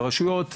והרשויות,